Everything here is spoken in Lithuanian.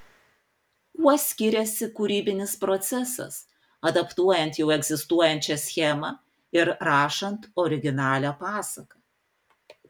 kuo skiriasi kūrybinis procesas adaptuojant jau egzistuojančią schemą ir rašant originalią pasaką